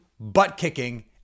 butt-kicking